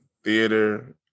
theater